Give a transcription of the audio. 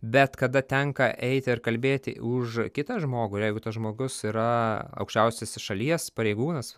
bet kada tenka eiti ar kalbėti už kitą žmogų ir jeigu tas žmogus yra aukščiausiasis šalies pareigūnas